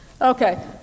Okay